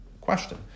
question